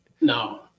No